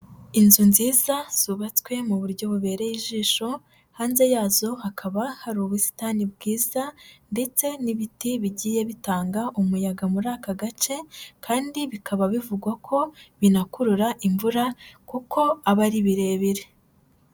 Inzu nziza zubatswe mu buryo bubereye ijisho, hanze yazo hakaba hari ubusitani bwiza ndetse n'ibiti bigiye bitanga umuyaga muri aka gace kandi bikaba bivugwa ko binakurura imvura kuko aba ari birebire.